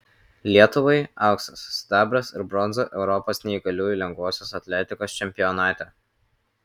lietuvai auksas sidabras ir bronza europos neįgaliųjų lengvosios atletikos čempionate